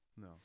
No